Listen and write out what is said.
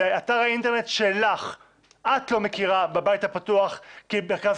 באתר האינטרנט שלך את לא מכירה בבית הפתוח כמינהל